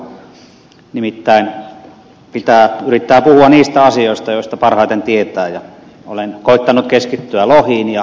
nimittäin pitää yrittää puhua niistä asioista joista parhaiten tietää ja olen koettanut keskittyä lohiin ja poroihin